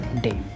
day